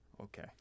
Okay